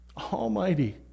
almighty